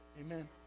amen